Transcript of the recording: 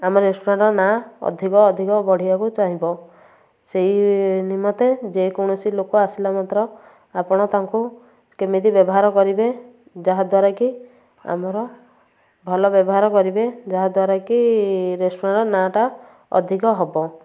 ଆମ ରେଷ୍ଟୁରାଣ୍ଟର ନାଁ ଅଧିକ ଅଧିକ ବଢ଼ିବାକୁ ଚାହିଁବ ସେଇ ନିମନ୍ତେ ଯେ କୌଣସି ଲୋକ ଆସିଲା ମାତ୍ର ଆପଣ ତାଙ୍କୁ କେମିତି ବ୍ୟବହାର କରିବେ ଯାହା ଦ୍ୱାରା କି ଆମର ଭଲ ବ୍ୟବହାର କରିବେ ଯାହା ଦ୍ୱାରା କି ରେଷ୍ଟୁରାଣ୍ଟର ନାଁଟା ଅଧିକ ହେବ